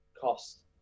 cost